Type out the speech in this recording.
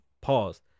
pause